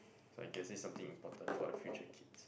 so I guess this is something important for the future kids